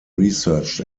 researched